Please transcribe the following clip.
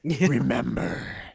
Remember